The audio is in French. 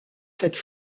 cette